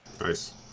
Nice